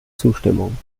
zustimmung